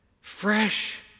Fresh